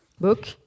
book